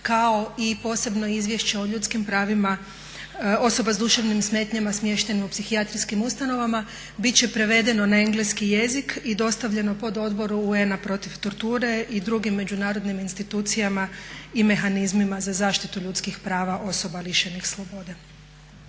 kao i posebno Izvješće o ljudskim pravima osoba s duševnim smetnjama smještene u psihijatrijskim ustanovama bit će prevedeno na engleski jezik i dostavljeno pododboru UN-a protiv torture i drugim međunarodnim institucijama i mehanizmima za zaštitu ljudskih prava osoba lišenih slobode.